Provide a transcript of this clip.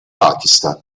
pakistan